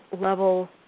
level